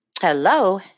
Hello